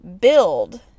build